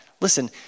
listen